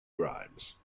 grimes